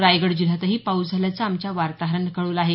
रायगड जिल्ह्यातही पाऊस झाल्याचं आमच्या वार्ताहरानं कळवलं आहे